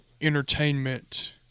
entertainment